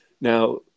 Now